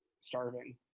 starving